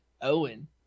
Owen